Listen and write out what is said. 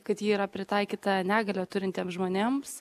kad ji yra pritaikyta negalią turintiem žmonėms